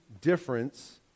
difference